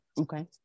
Okay